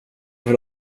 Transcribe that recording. vill